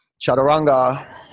Chaturanga